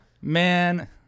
Man